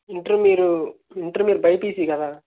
inter మీరు inter మీరు BiPC కదా